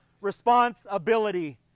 responsibility